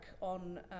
on